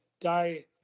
die